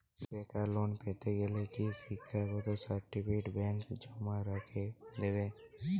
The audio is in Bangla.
বেকার লোন পেতে গেলে কি শিক্ষাগত সার্টিফিকেট ব্যাঙ্ক জমা রেখে দেবে?